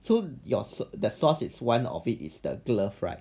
so yours the source it's one of it is the glove right